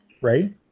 right